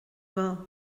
bhfuil